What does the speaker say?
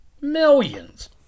Millions